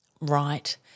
Right